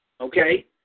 okay